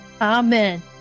Amen